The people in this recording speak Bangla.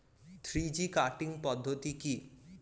থ্রি জি কাটিং পদ্ধতি কি?